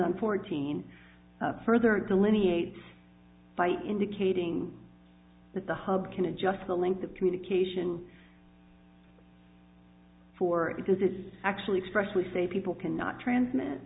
fourteen further delineates by indicating that the hub can adjust the length of communication for because it's actually expressed we say people cannot transmit